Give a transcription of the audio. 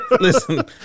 listen